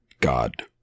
God